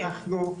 אנחנו,